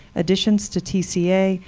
additions to tca,